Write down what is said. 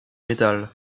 métal